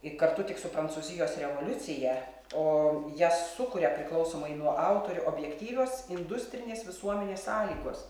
i kartu tik su prancūzijos revoliucija o jas sukuria priklausomai nuo autorių objektyvios industrinės visuomenės sąlygos